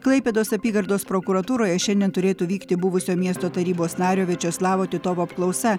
klaipėdos apygardos prokuratūroje šiandien turėtų vykti buvusio miesto tarybos nario viačeslavo titovo apklausa